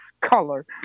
color